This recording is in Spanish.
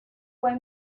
fue